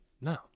No